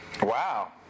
Wow